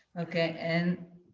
okay. and